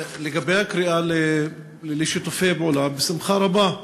לגבי הקריאה לשיתופי פעולה, בשמחה רבה.